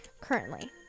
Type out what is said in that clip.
currently